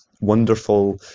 wonderful